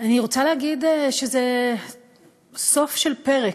אני רוצה להגיד שזה סוף של פרק,